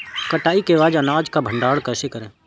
कटाई के बाद अनाज का भंडारण कैसे करें?